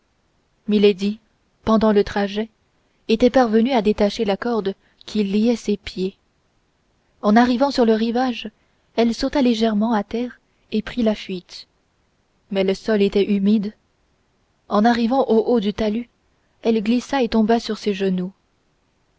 milady pendant le trajet était parvenue à détacher la corde qui liait ses pieds en arrivant sur le rivage elle sauta légèrement à terre et prit la fuite mais le sol était humide en arrivant au haut du talus elle glissa et tomba sur ses genoux